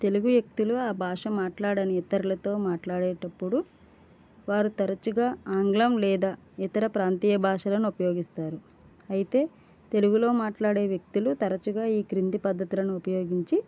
తెలుగు వ్యక్తులు ఆ భాష మాట్లాడని ఇతరులతో మాట్లాడేటప్పుడు వారు తరచుగా ఆంగ్లం లేదా ఇతర ప్రాంతీయ భాషలను ఉపయోగిస్తారు అయితే తెలుగులో మాట్లాడే వ్యక్తులు తరచుగా ఈ కింది పద్ధతులను ఉపయోగించి